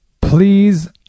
Please